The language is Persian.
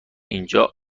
اینجا